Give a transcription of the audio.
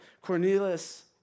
Cornelius